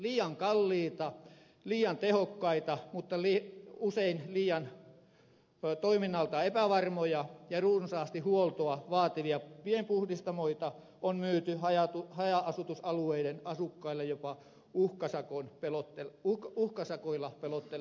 liian kalliita liian tehokkaita mutta liian usein toiminnaltaan epävarmoja ja runsaasti huoltoa vaativia pienpuhdistamoita on myyty haja asutusalueiden asukkaille jopa uhkasakoilla pelottelemalla